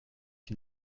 qui